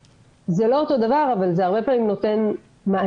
שזה לא אותו דבר אבל הרבה פעמים זה נותן מענה,